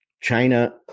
China